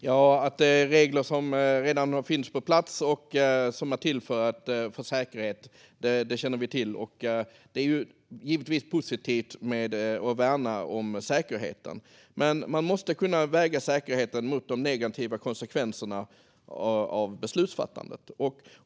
Herr talman! Att det är regler som redan finns på plats och som man har infört för ökad säkerhet känner vi till. Det är givetvis positivt att värna säkerheten. Men man måste kunna väga säkerheten mot de negativa konsekvenserna av beslutsfattandet.